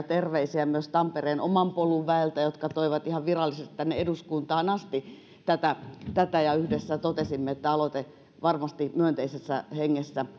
terveisiä myös tampereen omapolun väeltä jotka toivat ihan virallisesti tänne eduskuntaan asti tätä tätä ja yhdessä totesimme että aloite varmasti myönteisessä hengessä